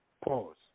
Pause